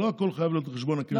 לא הכול חייב להיות על חשבון הכנסת.